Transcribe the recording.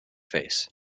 face